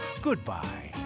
Goodbye